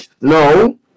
no